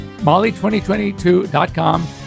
Molly2022.com